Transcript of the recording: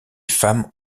femmes